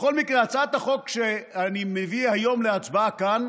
בכל מקרה, הצעת החוק שאני מביא היום להצבעה כאן